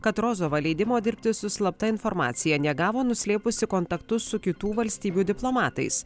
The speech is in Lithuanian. kad rozova leidimo dirbti su slapta informacija negavo nuslėpusi kontaktus su kitų valstybių diplomatais